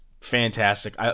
fantastic